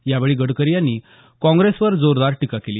यावेळी गडकरी यांनी काँग्रसेवर जोरादार टीका केली